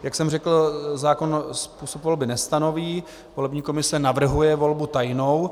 Jak jsem řekl, zákon způsob volby nestanoví, volební komise navrhuje volbu tajnou.